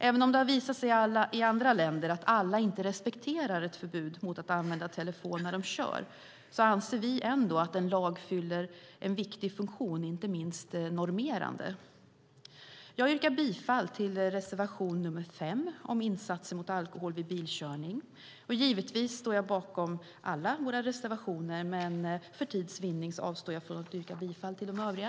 Även om det har visat sig i andra länder att alla inte respekterar ett förbud mot att använda telefon när de kör anser vi ändå att en lag fyller en viktig funktion, inte minst normerande. Jag yrkar bifall till reservation 5 om insatser mot alkohol vid bilkörning. Givetvis står jag bakom alla våra reservationer, men för tids vinnande avstår jag från att yrka bifall till de andra.